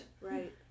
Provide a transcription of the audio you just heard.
right